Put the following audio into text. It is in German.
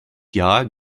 jahr